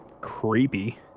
Creepy